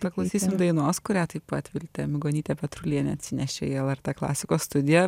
paklausysim dainos kurią taip pat viltė migonytė petrulienė atsinešė į lrt klasikos studiją